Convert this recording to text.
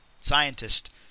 scientist